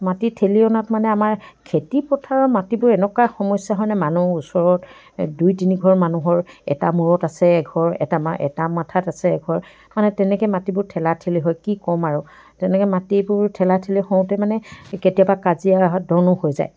মাটি ঠেলি অনাত মানে আমাৰ খেতিপথাৰৰ মাটিবোৰ এনেকুৱা সমস্যা হয় নহয় মানুহ ওচৰৰ দুই তিনিঘৰ মানুহৰ এটা মূৰত আছে এঘৰ এটা মা এটা মাথাত আছে এঘৰ মানে তেনেকৈ মাটিবোৰ ঠেলাঠেলি হয় কি ক'ম আৰু তেনেকৈ মাটিবোৰ ঠেলাঠেলি হওঁতে মানে কেতিয়াবা কাজিয়া হৈ দনো হৈ যায়